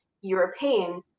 European